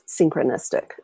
synchronistic